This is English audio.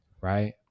Right